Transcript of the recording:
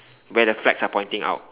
where the flags are pointing out